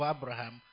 Abraham